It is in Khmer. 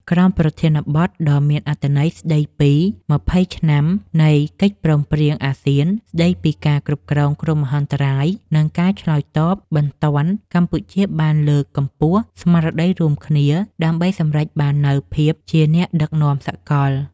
ក្រោមប្រធានបទដ៏មានអត្ថន័យស្តីពី ២០ ឆ្នាំនៃកិច្ចព្រមព្រៀងអាស៊ានស្តីពីការគ្រប់គ្រងគ្រោះមហន្តរាយ និងការឆ្លើយតបបន្ទាន់ កម្ពុជាបានលើកកម្ពស់ស្មារតីរួមគ្នាដើម្បីសម្រេចបាននូវភាពជាអ្នកដឹកនាំសកល។